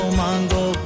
mango